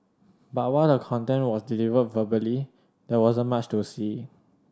but while the content was delivered verbally there wasn't much to see